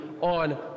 on